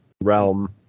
realm